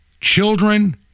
children